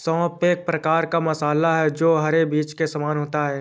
सौंफ एक प्रकार का मसाला है जो हरे बीज के समान होता है